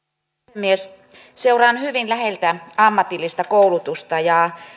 puhemies seuraan hyvin läheltä ammatillista koulutusta